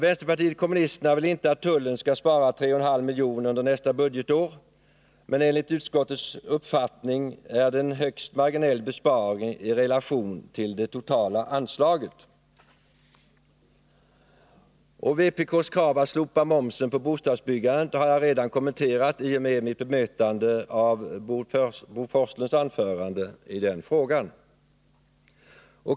Vänsterpartiet kommunisterna vill inte att tullen skall spara 3,5 milj.kr. under nästa budgetår, men enligt utskottets uppfattning är det en högst marginell besparing i relation till det totala anslaget. Vpk:s krav på ett slopande av momsen på bostadsbyggandet har jag redan kommenterat i och med mitt bemötande av Bo Forslunds anförande i den frågan.